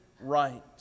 right